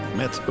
met